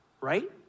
right